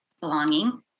belonging